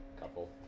couple